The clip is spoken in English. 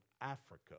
Africa